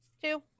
Two